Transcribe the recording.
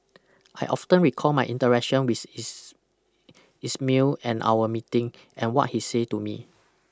I often recall my interaction with is Ismail and our meeting and what he say to me